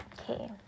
Okay